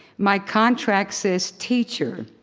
my contract says teacher,